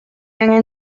angen